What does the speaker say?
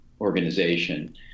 organization